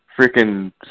freaking